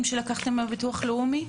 הנתונים לקחתם מהביטוח הלאומי?